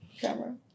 Camera